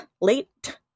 late